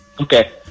Okay